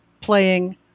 playing